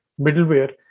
middleware